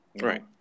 Right